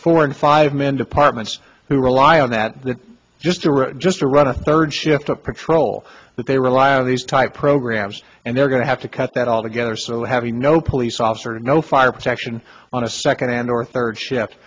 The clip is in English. four and five men departments who rely on that that just to run just to run a third shift a patrol that they rely on these type programs and they're going to have to cut that all together so having no police officer no fire protection on a second hand or third shi